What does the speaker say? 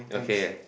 okay